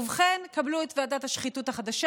ובכן, קבלו את ועדת השחיתות החדשה.